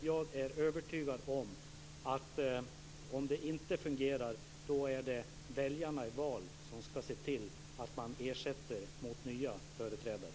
Jag är övertygad om att om det inte fungerar ser väljarna i val till att ersätta dem med nya företrädare.